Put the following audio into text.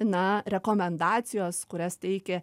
na rekomendacijos kurias teikia